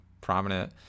prominent